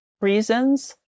reasons